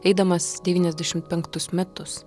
eidamas devyniasdešimt penktus metus